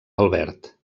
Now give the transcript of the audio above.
albert